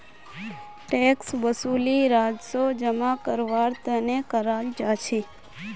tax वसूली राजस्व जमा करवार तने कराल जा छे